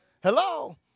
Hello